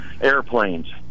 airplanes